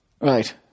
Right